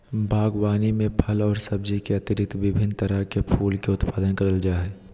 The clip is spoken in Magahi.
बागवानी में फल और सब्जी के अतिरिक्त विभिन्न तरह के फूल के उत्पादन करल जा हइ